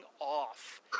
off